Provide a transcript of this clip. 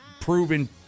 proven